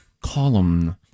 Column